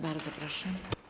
Bardzo proszę.